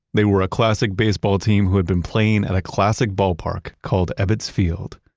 they were a classic baseball team who had been playing at a classic ballpark called ebbets field.